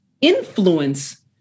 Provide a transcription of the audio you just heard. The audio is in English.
influence